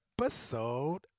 episode